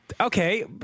Okay